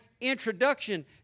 introduction